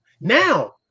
Now